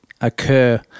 occur